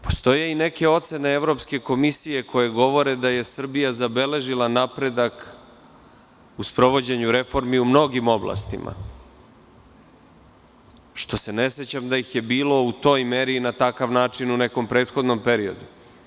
Postoje i neke ocene Evropske komisije koje govore da je Srbija zabeležila napredak u sprovođenju reformi u mnogim oblastima, što se ne sećam da ih je bilo u toj meri i na takav način u nekom prethodnom periodu.